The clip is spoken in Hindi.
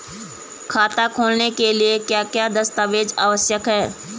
खाता खोलने के लिए क्या क्या दस्तावेज़ आवश्यक हैं?